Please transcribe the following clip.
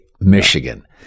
Michigan